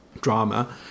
drama